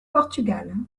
portugal